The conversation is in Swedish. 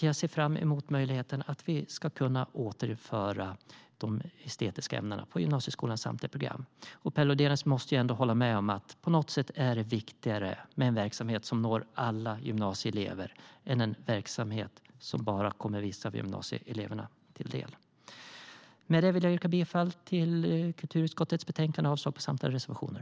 Jag ser fram emot möjligheten att återinföra de estetiska ämnena på gymnasieskolans samtliga program. Per Lodenius måste ändå hålla med om att det på något sätt är viktigare med en verksamhet som når alla gymnasieelever än en verksamhet som bara kommer vissa av gymnasieeleverna till del. Jag yrkar bifall till förslaget i kulturskottets betänkande och avslag på samtliga reservationer.